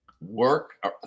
work